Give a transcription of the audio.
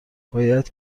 باید